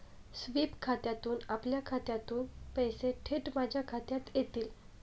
sweep खात्यातून आपल्या खात्यातून पैसे थेट माझ्या खात्यात येतील